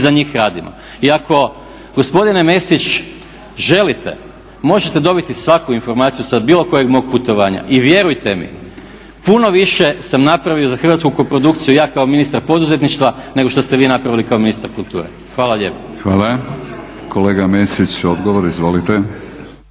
za njih radimo. I ako gospodine Mesić želite, možete dobiti svaku informaciju sa bilo kojeg mog putovanja i vjerujte mi, puno više sam napravio za hrvatsku koprodukciju ja kao ministar poduzetništva nego što ste vi napravili kao ministar kulture. Hvala lijepo. **Batinić, Milorad (HNS)** Hvala. Kolega Mesić odgovor, izvolite.